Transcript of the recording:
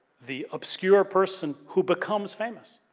the obscure person who becomes famous.